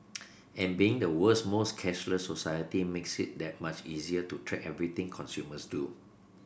and being the world's most cashless society makes it that much easier to track everything consumers do